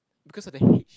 because of the H